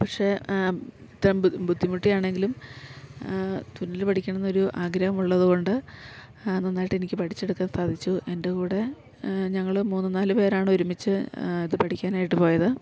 പക്ഷെ ഇത്രയും ബുദ്ധിമുട്ടിയാണെങ്കിലും തുന്നല് പഠിക്കണം എന്നൊരു ആഗ്രഹം ഉള്ളത് കൊണ്ട് നന്നായിട്ടെനിക്ക് പഠിച്ചെടുക്കാൻ സാധിച്ചു എൻ്റെ കൂടെ ഞങ്ങള് മൂന്നും നാല് പേരാണ് ഒരുമിച്ച് ഇത് പഠിക്കാനായിട്ട് പോയത്